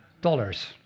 dollars